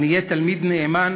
אני אהיה תלמיד נאמן,